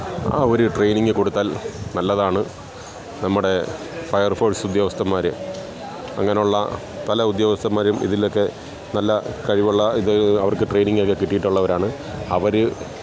ആ ഒരു ട്രേയ്നിങ്ങ് കൊടുത്താല് നല്ലതാണ് നമ്മുടെ ഫയര്ഫോഴ്സുദ്യോഗസ്ഥന്മാര് അങ്ങനെയുള്ള പല ഉദ്യോഗസ്ഥന്മാരും ഇതിലൊക്കെ നല്ല കഴിവുള്ള ഇത് അവര്ക്ക് ട്രെയിനിങ്ങൊക്കെ കിട്ടിയിട്ടുള്ളവരാണ് അവര്